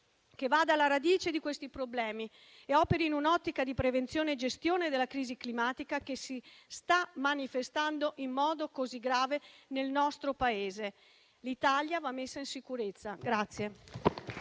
che vada alla radice di questi problemi e operi in un'ottica di prevenzione e gestione della crisi climatica che si sta manifestando in modo così grave nel nostro Paese. L'Italia va messa in sicurezza.